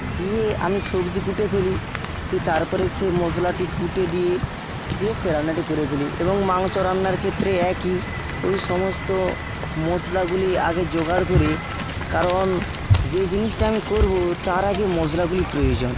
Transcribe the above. দিয়ে আমি সবজি কুটে ফেলি তে তারপরে সে মশলাটি কুটে দিয়ে দিয়ে যে সে রান্নাটি করে ফেলি এবং মাংস রান্নার ক্ষেত্রে একই ওই সমস্ত মশলাগুলি আগে জোগাড় করে কারণ যেই জিনিসটি আমি করবো তার আগে মশলাগুলি প্রয়োজন